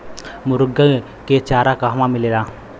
मुर्गी के चारा कहवा मिलेला?